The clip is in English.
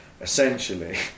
Essentially